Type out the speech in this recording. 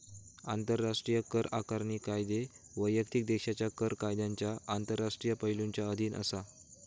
आंतराष्ट्रीय कर आकारणी कायदे वैयक्तिक देशाच्या कर कायद्यांच्या आंतरराष्ट्रीय पैलुंच्या अधीन असा